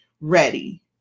ready